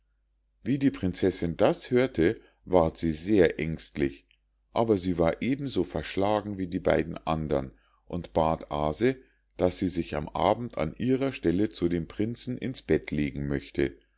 wie die prinzessinn das hörte ward sie sehr ängstlich aber sie war eben so verschlagen wie die beiden andern und bat aase daß sie sich am abend an ihrer stelle zu dem prinzen ins bett legen möchte